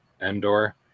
endor